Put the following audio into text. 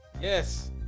Yes